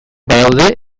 badaude